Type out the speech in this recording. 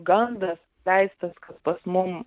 gandas leistas kad pas mum